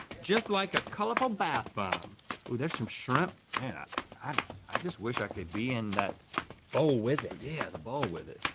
just like a colorful bath bomb. ooh there's some shrimp. man. i i just wish i could be in that bowl with it. yeah the bowl with it.